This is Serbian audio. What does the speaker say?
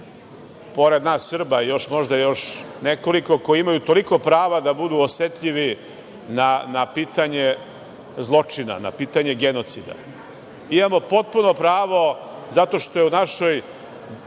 pored nas Srba ili možda još nekoliko koji imaju toliko prava da budu osetljivi na pitanje zločina, na pitanje genocida. Imamo potpuno pravo zato što je u našoj